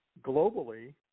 globally